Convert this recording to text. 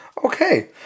Okay